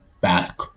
back